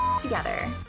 together